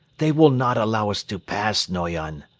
they will not allow us to pass, noyon.